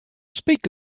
speak